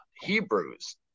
Hebrews